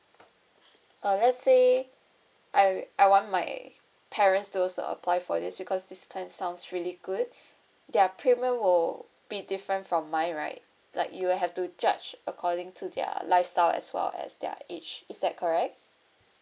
uh let's say I w~ I want my parents to also apply for this because this plan sounds really good their premium will be different from mine right like you will have to judge according to their lifestyle as well as their age is that correct